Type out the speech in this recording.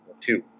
two